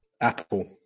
apple